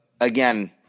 again